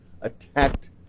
attacked